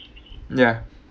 ya